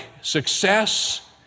success